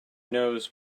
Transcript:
knows